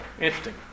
Interesting